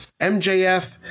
MJF